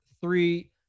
three